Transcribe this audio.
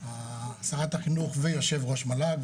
שרת החינוך ויושב-ראש מל"ג,